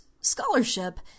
scholarship